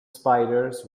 spiders